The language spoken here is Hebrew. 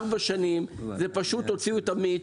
ארבע שנים ופשוט הוציאו את המיץ,